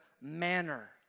manner